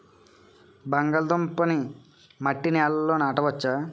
బంగాళదుంప నీ మట్టి నేలల్లో నాట వచ్చా?